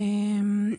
האמת,